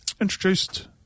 introduced